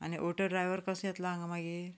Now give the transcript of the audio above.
motor driver कसो येतलो हांगा मागीर